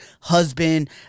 husband